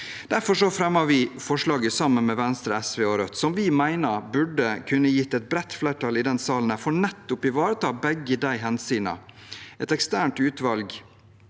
Derfor fremmer vi et forslag, sammen med Venstre, SV og Rødt, som vi mener burde kunne gitt et bredt flertall i denne sal for nettopp å ivareta begge de hensynene, om et eksternt utvalg